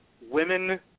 women